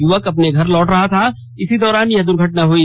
युवक अपने घर लौट रहा था और इसी दौरान यह दुर्घटनो हुई